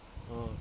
oh